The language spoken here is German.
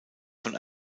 von